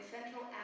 Central